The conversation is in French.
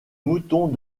moutons